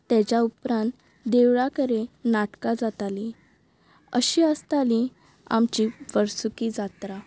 तेज्या उपरांत देवळा कडेन नाटकां जातालीं अशी आसताली आमची वर्सुकी जात्रा